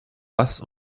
bass